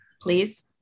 Please